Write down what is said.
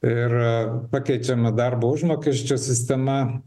ir pakeičiama darbo užmokesčio sistema